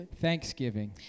Thanksgiving